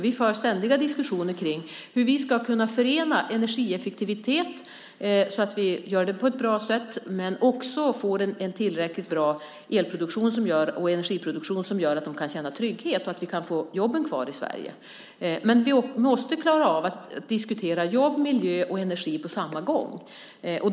Vi för ständiga diskussioner om hur vi kan förena energieffektivitet på ett bra sätt men också få en tillräckligt bra el och energiproduktion som gör att man kan känna trygghet och att jobben stannar kvar i Sverige. Vi måste klara av att diskutera jobb, miljö och energi på samma gång.